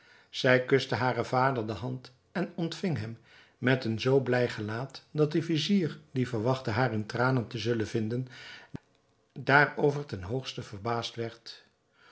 zij kuste haren vader de hand en ontving hem met een zoo blij gelaat dat de vizier die verwachtte haar in tranen te zullen vinden daarover ten hoogste verbaasd